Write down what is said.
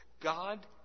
God